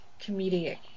comedic